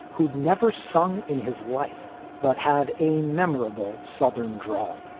who'd never sung in his life but had a memorable southern drawl